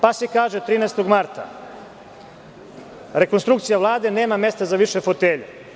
Pa se kaže 13. marta – rekonstrukcija Vlade, nema mesta za više fotelja.